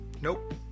nope